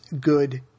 good